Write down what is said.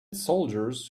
soldiers